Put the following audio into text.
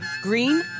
Green